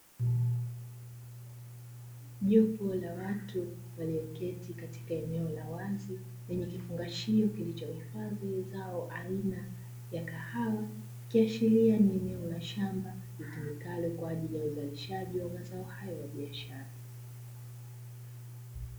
Jopo la watu walioketi katika eneo la wazi lenye kifungashio kilichohifadhi zao aina ya kahawa, ikiashiria ni eneo la shamba litumikalo kwa ajili ya uzalishaji wa mazao hayo ya biashara.